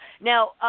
Now